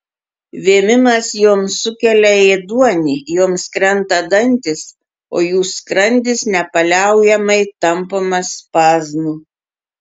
vėmimas joms sukelia ėduonį joms krenta dantys o jų skrandis nepaliaujamai tampomas spazmų